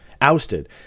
ousted